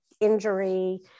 injury